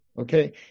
Okay